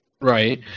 Right